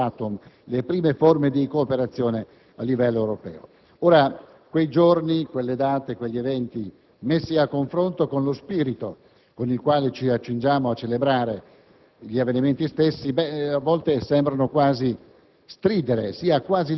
avvenne nel 1951 quando nacquero la CECA e l'EURATOM, le prime forme di cooperazione a livello europeo. Ora quei giorni, quelle date e quegli eventi, messi a confronto con lo spirito con il quale ci accingiamo a celebrare